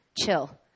chill